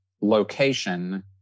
location